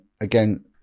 Again